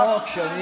הצעת החוק שאני,